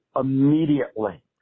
immediately